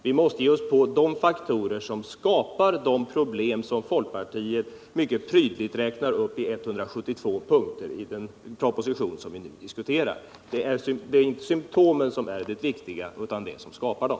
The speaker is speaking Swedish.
Vi måste ge oss på de faktorer, som skapar de problem vilka folkpartiet mycket prydligt räknar upp i 172 punkter i den proposition vi nu diskuterar. Det är inte symptomen som är det viktiga utan det som skapar dem.